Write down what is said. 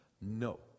No